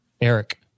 Eric